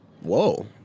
Whoa